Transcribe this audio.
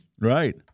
Right